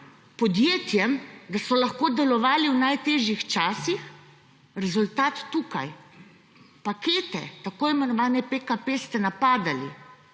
podjetjem, da so lahko delovali v najtežjih časih, rezultat tukaj. Pakete, t.i. PKP ste napadali,